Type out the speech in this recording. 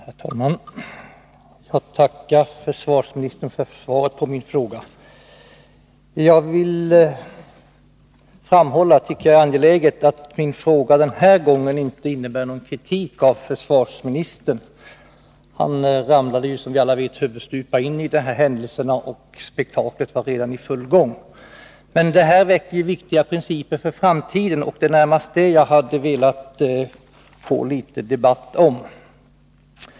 Herr talman! Jag tackar försvarsministern för svaret på min fråga. Jag tycker det är angeläget att framhålla att min fråga den här gången inte innebär någon kritik av försvarsministern — han ramlade ju, som vi alla vet, huvudstupa in i de här händelserna; spektaklet var då redan i full gång. Men vad som har hänt väcker viktiga frågor för framtiden, och det var närmast principerna jag ville få debatt om.